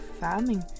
farming